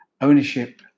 Ownership